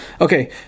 Okay